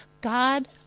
God